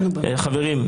חברים,